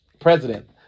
President